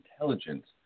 intelligence